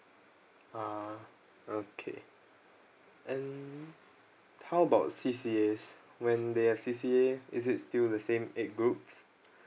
ah okay and how about C_C_As when they the have C_C_A is it still the same eight groups